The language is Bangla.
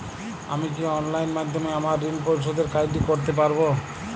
আমি কি অনলাইন মাধ্যমে আমার ঋণ পরিশোধের কাজটি করতে পারব?